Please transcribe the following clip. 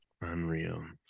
Unreal